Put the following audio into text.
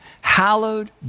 hallowed